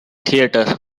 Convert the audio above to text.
theater